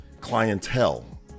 clientele